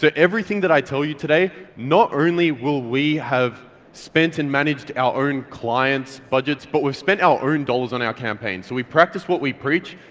everything that i tell you today, not only will we have spent and managed our own clients budgets, but we've spent our own dollars on our campaigns, so we practice what we preach.